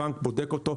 הבנק בודק אותו,